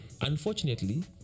Unfortunately